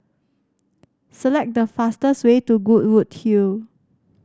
select the fastest way to Goodwood Hill